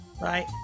bye